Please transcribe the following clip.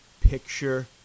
picture –